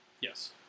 Yes